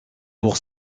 pour